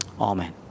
Amen